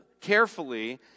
carefully